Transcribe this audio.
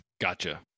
Gotcha